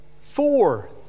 four